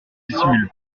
dissimule